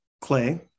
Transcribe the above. Clay